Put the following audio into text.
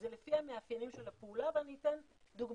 זה לפי המאפיינים של הפעולה ואני אתן דוגמה,